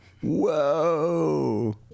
Whoa